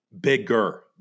Bigger